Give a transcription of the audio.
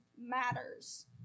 matters